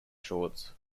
shorts